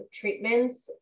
treatments